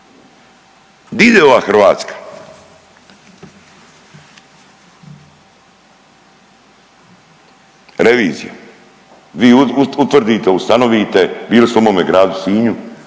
ide ova Hrvatska? Revizija? Vi utvrdite, ustanovite bili ste u mome gradu Sinju,